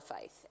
faith